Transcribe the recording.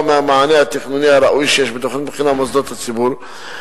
מהמענה התכנוני הראוי שיש בתוכנית מבחינת מוסדות הציבור,